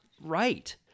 right